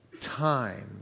time